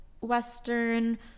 western